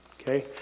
Okay